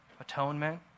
atonement